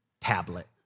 tablet